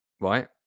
right